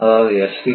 அதாவது